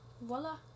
voila